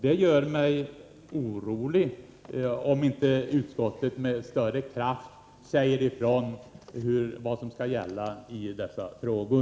Det gör mig orolig, om utskottet inte med större kraft säger ifrån vad som skall gälla i dessa frågor.